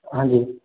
हाँ जी